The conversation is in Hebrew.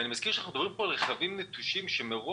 אני מזכיר שאנחנו מדברים פה על רכבים נטושים שמראש